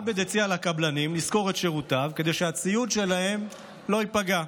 עבד הציע לקבלנים לשכור את שירותיו כדי שהציוד שלהם לא ייפגע.